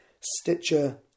Stitcher